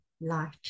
light